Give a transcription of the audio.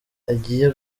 agiye